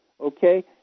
Okay